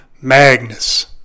Magnus